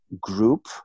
group